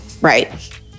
right